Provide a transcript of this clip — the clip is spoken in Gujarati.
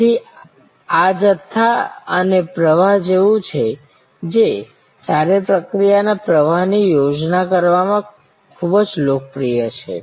તેથી આ જથ્થા અને પ્રવાહ જેવું છે જે સારી પ્રક્રિયાના પ્રવાહની યોજના કરવામાં ખૂબ જ લોકપ્રિય છે